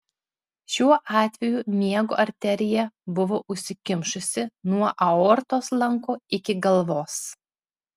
šiuo atveju miego arterija buvo užsikimšusi nuo aortos lanko iki galvos